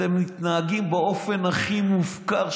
אתם מתנהגים באופן הכי מופקר שיש,